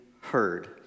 heard